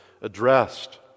addressed